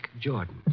Jordan